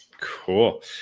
cool